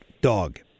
dog